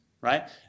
right